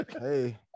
Hey